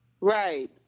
Right